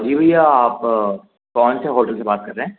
जी भैया आप कौन से होटल से बात कर रहे हैं